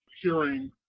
hearing